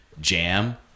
jam